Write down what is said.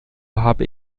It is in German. habe